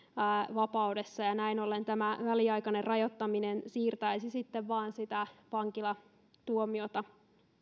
vapaudessa näin ollen tämä väliaikainen rajoittaminen siirtäisi sitten vain sitä vankilatuomiota